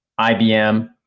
IBM